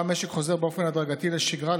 שבה המשק חוזר באופן הדרגתי לשגרה,